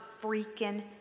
freaking